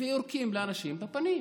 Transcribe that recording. ויורקים לאנשים בפנים.